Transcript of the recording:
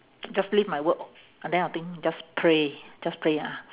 just leave my work and then I think just pray just pray ah